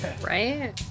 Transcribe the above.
Right